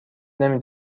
نمی